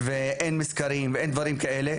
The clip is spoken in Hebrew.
ואין מסקרים ואין דברים כאלה".